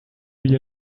you